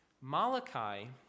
Malachi